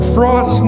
Frost